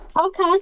Okay